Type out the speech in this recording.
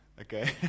okay